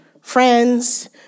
Friends